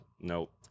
Nope